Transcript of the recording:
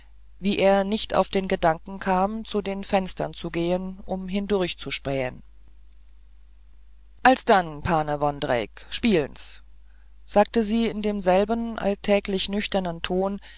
wie er nicht auf den gedanken kam zu den fenstern zu gehen um hindurchzuspähen alsdann pane vondrejc spielen s sagte sie in demselben alltäglichen nüchternen ton